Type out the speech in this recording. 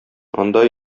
анда